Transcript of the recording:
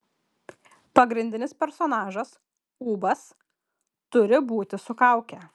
pagrindinis personažas ūbas turi būti su kauke